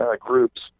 groups